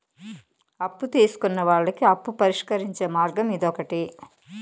అప్పు తీసుకున్న వాళ్ళకి అప్పు పరిష్కరించే మార్గం ఇదొకటి